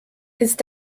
ist